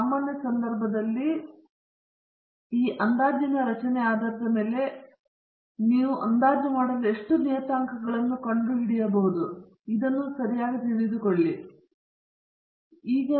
ಸಾಮಾನ್ಯ ಸಂದರ್ಭದಲ್ಲಿ ಈ ಅಂದಾಜಿನ ರಚನೆಯ ಆಧಾರದ ಮೇಲೆ ನೀವು ಅಂದಾಜು ಮಾಡಲು ಎಷ್ಟು ನಿಯತಾಂಕಗಳನ್ನು ಕಂಡುಹಿಡಿಯಬಹುದು ಎಂದು ತಿಳಿದುಕೊಳ್ಳಬಹುದು